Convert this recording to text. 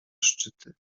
szczyty